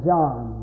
John